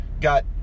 got